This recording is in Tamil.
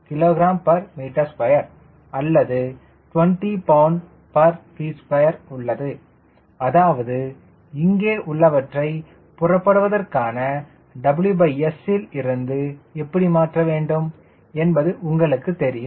6 kgm2 அல்லது 20 lbft2 உள்ளது அதாவது இங்கே உள்ளவற்றை புறப்படுவதற்கான WS ல் இருந்து எப்படி மாற்றவேண்டும் என்பது உங்களுக்கு தெரியும்